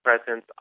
presence